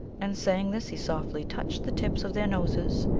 and saying this he softly touched the tips of their noses,